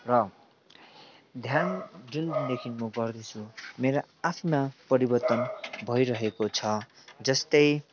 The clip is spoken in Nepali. र ध्यान जुन दिनदेखि म गर्दैछु मेरा आफ्ना परिवर्तन भइरहेको छ जस्तै